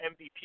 MVP